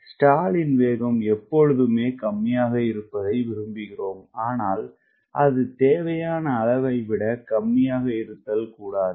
stall லின்வேகம்எப்பொழுதுமேகம்மியாகஇருப்பதையேவிரும்புகிறோம் ஆனால் அது தேவையான அளவைவிட கம்மியாக இருத்தல் கூடாது